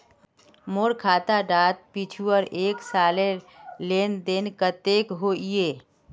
मोर खाता डात पिछुर एक सालेर लेन देन कतेक होइए?